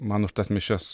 man už tas mišias